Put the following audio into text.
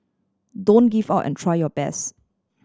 don't give up and try your best